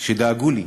שדאגו לי,